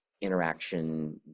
interaction